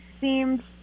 seemed